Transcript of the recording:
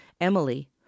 Emily